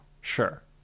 sure